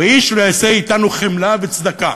ואיש לא יעשה אתנו חמלה וצדקה.